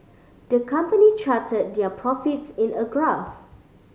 the company charted their profits in a graph